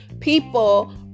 People